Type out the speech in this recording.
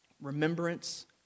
Remembrance